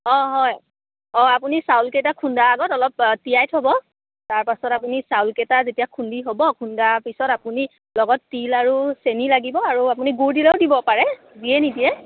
অ' হয় অ' আপুনি চাউল কেইটা খুন্দা আগত অলপ তিয়াই থব তাৰপাছত আপুনি চাউলকেইটা যেতিয়া খুন্দি হ'ব খুন্দা পিছত আপুনি লগত তিল আৰু চেনি লাগিব আৰু আপুনি গুড় দিলেও দিব পাৰে যিয়েই নিদিয়ে